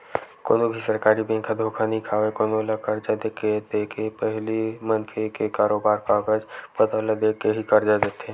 कोनो भी सरकारी बेंक ह धोखा नइ खावय कोनो ल करजा के देके पहिली मनखे के बरोबर कागज पतर ल देख के ही करजा देथे